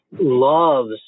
loves